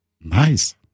Nice